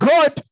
God